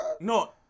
No